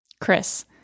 Chris